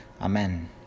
Amen